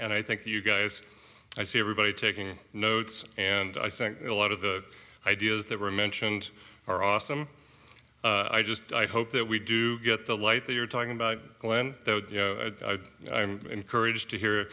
and i think you guys i see everybody taking notes and i think a lot of the ideas that were mentioned are awesome i just hope that we do get the light that you're talking about glenn you know i'm encouraged to hear